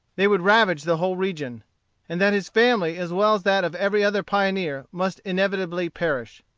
they would ravage the whole region and that his family as well as that of every other pioneer must inevitably perish.